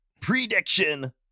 prediction